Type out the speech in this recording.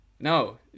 No